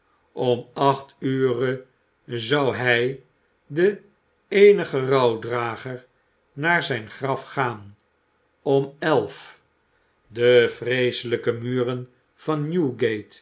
om acht ure zou hij de eenige rouwdrager naar zijn graf gaan om elf de vreeselijke muren van